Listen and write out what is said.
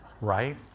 right